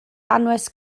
anwes